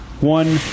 One